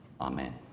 Amen